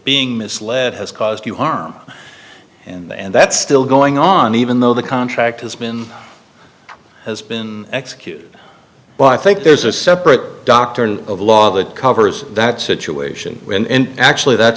being misled has caused you harm and that's still going on even though the contract has been has been executed but i think there's a separate doctrine of law that covers that situation when actually that